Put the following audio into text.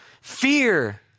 fear